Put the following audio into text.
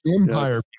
empire